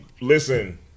listen